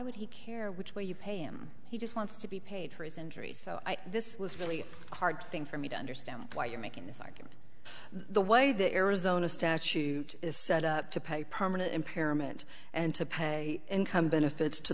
would he care which way you pay him he just wants to be paid for his injuries so this was really hard thing for me to understand why you're making this argument the way the arizona statute is set up to pay permanent impairment and to pay income benefits to